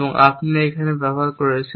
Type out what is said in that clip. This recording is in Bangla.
এবং আপনি এখানে ব্যবহার করছেন